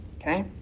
Okay